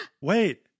wait